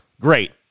Great